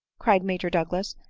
cried major douglas,